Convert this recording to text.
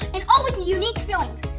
and all with unique fillings!